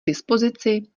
dispozici